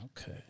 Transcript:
Okay